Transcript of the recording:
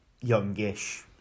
youngish